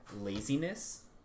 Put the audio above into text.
Laziness